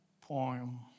poem